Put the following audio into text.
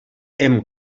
hem